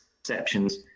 exceptions